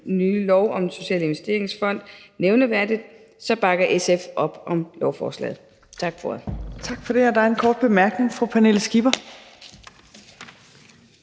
nye lov om Den Sociale Investeringsfond nævneværdigt, bakker SF op om lovforslaget. Tak for ordet.